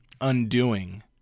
Undoing